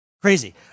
Crazy